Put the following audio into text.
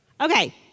Okay